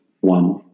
one